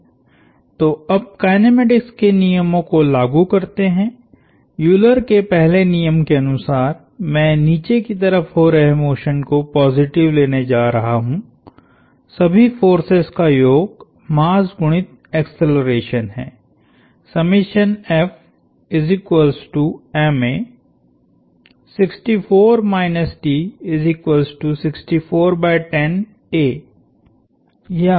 तो अब काइनेमेटिक्स के नियमों को लागू करते है यूलर के पहले नियम के अनुसार मैं नीचे की तरफ हो रहे मोशन को पॉजिटिव लेने जा रहा हूं सभी फोर्सेस का योग मास गुणित एक्सेलरेशन है या